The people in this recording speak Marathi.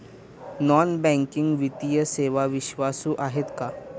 नॉन बँकिंग वित्तीय सेवा विश्वासू आहेत का?